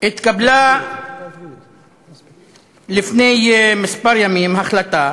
התקבלה לפני ימים מספר החלטה